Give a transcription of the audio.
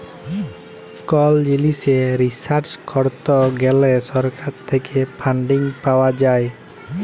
call জিলিসে research করত গ্যালে সরকার থেক্যে ফান্ডিং পাওয়া যায়